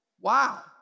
Wow